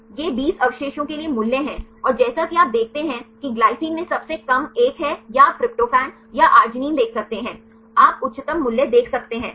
ये 20 अवशेषों के लिए मूल्य हैं और जैसा कि आप देखते हैं कि ग्लाइसिन में सबसे कम एक है या आप ट्रिप्टोफैन या आर्गिनिन देख सकते हैं आप उच्चतम मूल्य देख सकते हैं